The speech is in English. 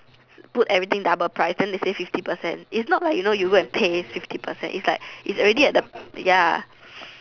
put everything doubled price then they say fifty percent it's not like you know you go and pay fifty percent it's like it's already at the ya